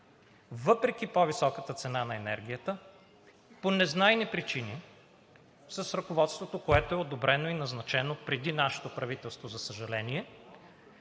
въпреки по-високата цена на енергията, по незнайни причини с ръководството, което е одобрено и назначено преди нашето правителство, за съжаление,